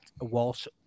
Walsh